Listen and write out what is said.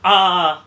uh uh